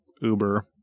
uber